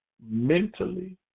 mentally